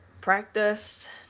Practiced